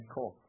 Cool